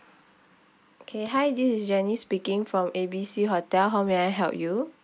okay hi this is janice speaking from A B C hotel how may I help you